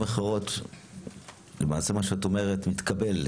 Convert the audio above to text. מה שאת אומרת מתקבל,